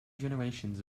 generations